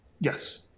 Yes